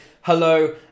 hello